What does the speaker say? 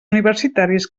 universitaris